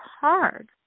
hard